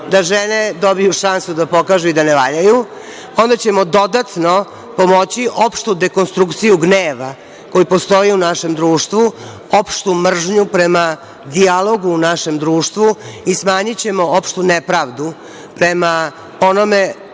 da žene dobiju šansu da pokažu i da ne valjaju, onda ćemo dodatno pomoći opštu dekonstrukciju gneva koji postoji u našem društvu, opštu mržnju prema dijalogu u našem društvu i smanjićemo opštu nepravdu prema onome